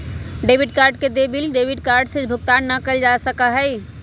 credit card के देय bill debit card से भुगतान ना कइल जा सका हई